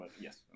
Yes